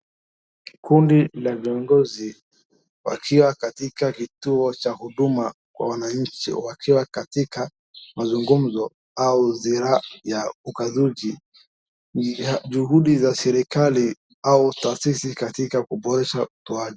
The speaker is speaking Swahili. Kundi la viongozi wakiwa katika kituo cha huduma kwa wananchi wakiwa katika mazungumzo au ziara ya ukadhuji juhudi za serekali au taasisi katka kuboresha utoaji.